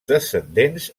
descendents